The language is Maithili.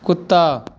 कुत्ता